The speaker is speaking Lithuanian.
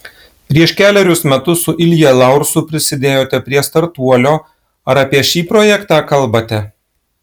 prieš kelerius metus su ilja laursu prisidėjote prie startuolio ar apie šį projektą kalbate